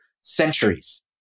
centuries